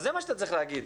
זה מה שאתה צריך להגיד,